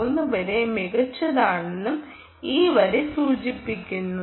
3 വളരെ മികച്ചതാണെന്നും ഈ വരി സൂചിപ്പിക്കുന്നു